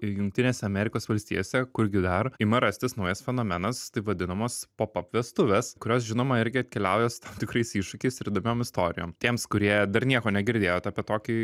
kai jungtinėse amerikos valstijose kur gi dar ima rastis naujas fenomenas taip vadinamas pop ap vestuvės kurios žinoma irgi atkeliauja su tam tikrais iššūkiais ir įdomiom istorijom tiems kurie dar nieko negirdėjot apie tokį